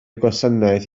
gwasanaeth